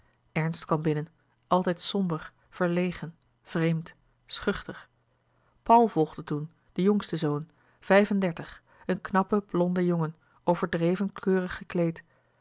zielen somber verlegen vreemd schuchter paul volgde toen de jongste zoon vijf-en-dertig een knappe blonde jongen overdreven keurig gekleed